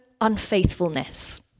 unfaithfulness